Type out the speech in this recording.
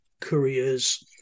couriers